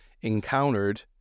encountered